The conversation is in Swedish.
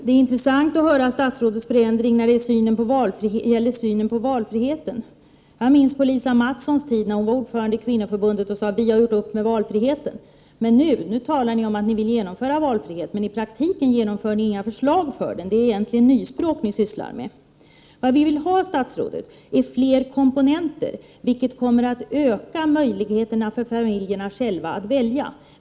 Det är intressant att höra statsrådets förändring beträffande synen på valfriheten. Jag minns Lisa Mattsons tid som ordförande i Kvinnoförbundet och när hon sade: Vi har gjort upp med valfriheten. Nu talar ni om att ni vill genomföra valfrihet. Men i praktiken har ni inga förslag till förmån för den. Det är egentligen nyspråk ni sysslar med. Vad vi vill ha, statsrådet, är fler komponenter, vilket kommer att öka möjligheterna för familjen själv att välja.